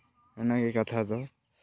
ᱤᱱᱟᱹ ᱜᱮ ᱠᱟᱛᱷᱟ ᱫᱚ